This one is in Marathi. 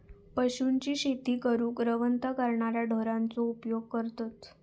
पशूंची शेती करूक रवंथ करणाऱ्या ढोरांचो उपयोग करतत